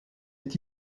est